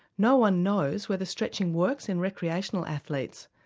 no one knows whether stretching works in recreational athletes.